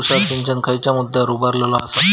तुषार सिंचन खयच्या मुद्द्यांवर उभारलेलो आसा?